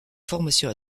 formation